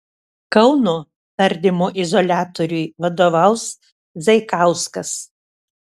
kauno tardymo izoliatoriui vadovaus zaikauskas